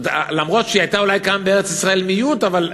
זאת אומרת,